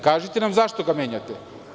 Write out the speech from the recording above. Kažite nam zašto ga menjate.